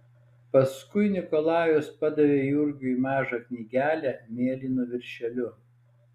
paskui nikolajus padavė jurgiui mažą knygelę mėlynu viršeliu